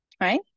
right